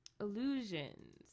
illusions